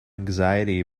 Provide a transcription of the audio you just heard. anxiety